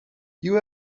you